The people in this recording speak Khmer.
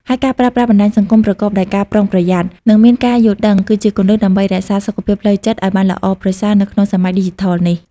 ហើយការប្រើប្រាស់បណ្តាញសង្គមប្រកបដោយការប្រុងប្រយ័ត្ន និងមានការយល់ដឹង គឺជាគន្លឹះដើម្បីរក្សាសុខភាពផ្លូវចិត្តឲ្យបានល្អប្រសើរនៅក្នុងសម័យឌីជីថលនេះ។